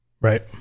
Right